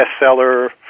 bestseller